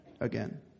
again